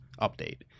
update